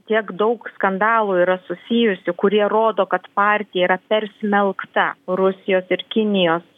tiek daug skandalų yra susijusių kurie rodo kad partija yra persmelkta rusijos ir kinijos